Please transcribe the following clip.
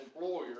employer